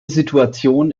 situation